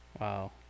wow